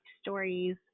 stories